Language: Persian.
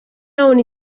اونی